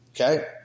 Okay